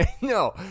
No